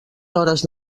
hores